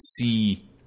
see